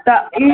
তা এই